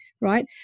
Right